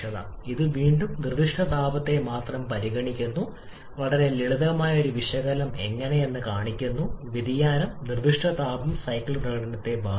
ഇത് വീണ്ടും നിർദ്ദിഷ്ട താപത്തെ മാത്രം പരിഗണിക്കുന്നു വളരെ ലളിതമായ ഒരു വിശകലനം എങ്ങനെയെന്ന് കാണിക്കുന്നു വ്യതിയാനം നിർദ്ദിഷ്ട താപം സൈക്കിൾ പ്രകടനത്തെ ബാധിക്കും